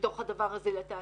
שבתוך הדבר הזה לתעסוקה.